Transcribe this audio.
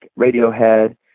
Radiohead